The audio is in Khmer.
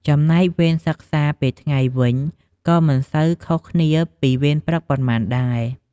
ចំណែកវេនសិក្សាពេលថ្ងៃវិញ ក៏មិនសូវខុសគ្នាពីវេនព្រឹកប៉ុន្មានដែរ។